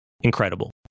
Incredible